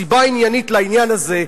סיבה עניינית לעניין הזה,